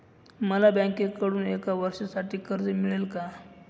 मला बँकेकडून एका वर्षासाठी कर्ज मिळेल का?